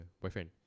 boyfriend